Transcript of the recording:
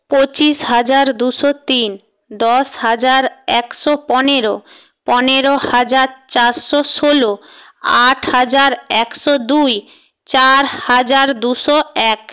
পঁচিশ হাজার দুশো তিন দশ হাজার একশো পনেরো পনেরো হাজার চারশো ষোলো আট হাজার একশো দুই চার হাজার দুশো এক